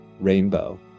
rainbow